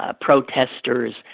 protesters